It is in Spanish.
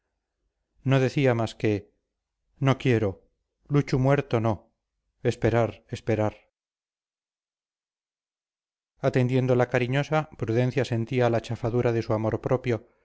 no decía más que no quiero luchu muerto no esperar esperar atendiéndola cariñosa prudencia sentía la chafadura de su amor propio